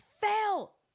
fell